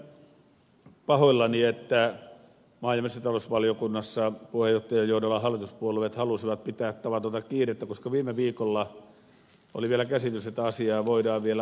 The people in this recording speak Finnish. siitä olen pahoillani että maa ja metsätalousvaliokunnassa puheenjohtajan johdolla hallituspuolueet halusivat pitää tavatonta kiirettä koska viime viikolla oli vielä käsitys että asiaa voidaan vielä avata